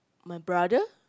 my brother